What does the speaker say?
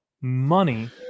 money